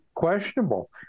questionable